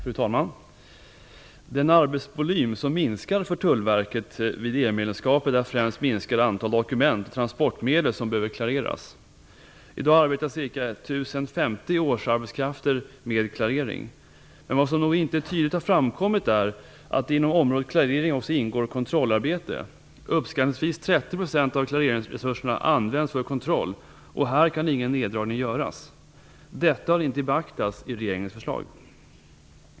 Fru talman! Den arbetsvolym som minskar för Tullverket vid ett EU-medlemskap är främst ett minskat antal dokument och transportmedel som behöver klareras. I dag arbetar ca 1 050 årsarbetskrafter med klarering. Vad som inte tydligt har framkommit är att inom området klarering också ingår kontrollarbete. Uppskattningsvis 30 % av klareringsresurserna används för kontroll. Här kan ingen neddragning göras. Detta har inte beaktats i regeringens förslag.